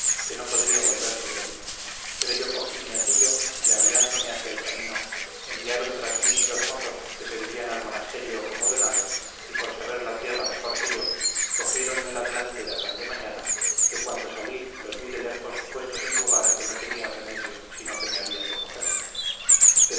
que no podría volver sobre mí pero yo cogí mi hatillo y aviándome hacia el camino enviaron tras mi dos mozos que servían al monasterio como donados y por saber la tierra mejor que yo cogiéronme la delantera tan de mañana que cuando salí los vi de lejos puestos en lugar que no tenía remedio sino que me habían de coger